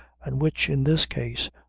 and which, in this case,